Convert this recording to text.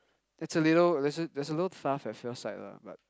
it's a little there's there's a little at first sight lah but